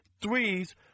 threes